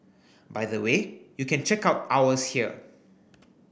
by the way you can check out ours here